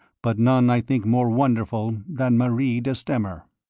but none i think more wonderful than marie de stamer.